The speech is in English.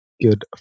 good